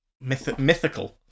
Mythical